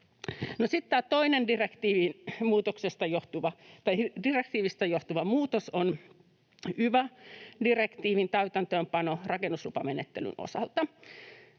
toinen direktiivistä johtuva muutos on yva-direktiivin täytäntöönpano rakennuslupamenettelyn osalta.